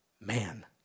man